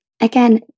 Again